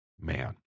Man